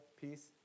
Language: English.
peace